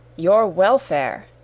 your welfare!